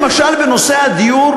למשל בנושא הדיור,